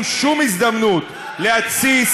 אני חושבת שזאת הצעת חוק שאין מה להתווכח עליה או להתנגד לה.